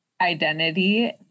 identity